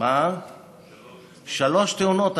שלוש תאונות.